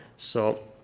so